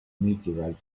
meteorite